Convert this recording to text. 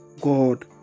God